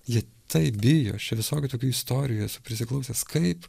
jie taip bijo aš čia visokių tokių istorijų esu prisiklausęs kaip